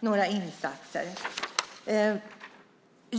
några insatser.